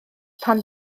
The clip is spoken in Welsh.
pan